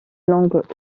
langues